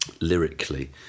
lyrically